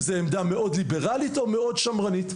בין אם זה עמדה מאוד ליברלית או מאוד שמרנית.